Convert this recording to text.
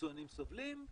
היצואנים סובלים,